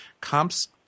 Comps